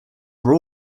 are